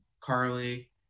Carly